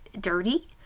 dirty